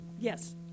Yes